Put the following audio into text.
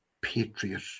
Patriot